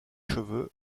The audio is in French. cheveux